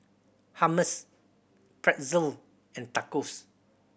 Hummus Pretzel and Tacos